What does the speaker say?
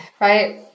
right